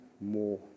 more